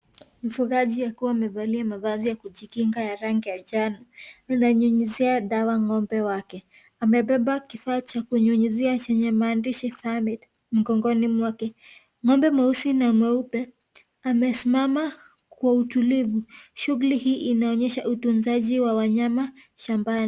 Mfugaji akiwa amevalia mavazi ya kujikinga ya rangi ya njano, ananyunyizia dawa ng'ombe wake. Amebeba kifaa cha kunyunyizia chenye maandishi farmite mgongoni mwake. Ng'ombe mweusi na mweupe, amesimama kwa utulivu. Shughuli hii, inaonyesha utunzaji wa wanyama shambani.